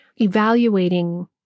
evaluating